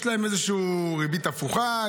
יש להם איזושהי ריבית הפוכה.